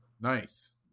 Nice